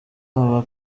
aba